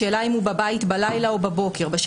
בשאלה האם הוא בלילה או בבוקר בבית,